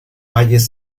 valles